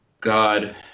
God